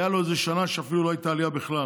הייתה לו אפילו שנה שלא הייתה עלייה בכלל,